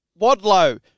Wadlow